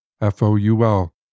F-O-U-L